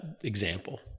example